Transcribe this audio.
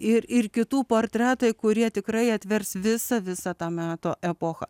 ir ir kitų portretai kurie tikrai atvers visą visą to meto epochą